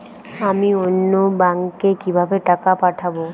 আমি অন্য ব্যাংকে কিভাবে টাকা পাঠাব?